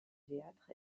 théâtre